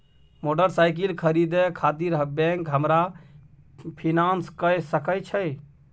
Motorcycle खरीदे खातिर bank हमरा फिनांस कय सके छै?